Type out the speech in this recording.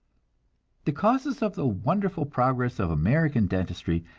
the causes of the wonderful progress of american dentistry,